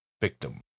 victim